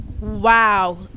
wow